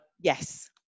Yes